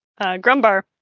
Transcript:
Grumbar